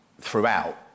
throughout